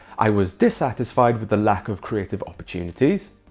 i was dissatisfied with the lack of creative opportunities,